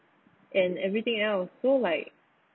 and everything else so like